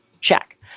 Check